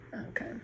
Okay